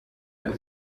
ein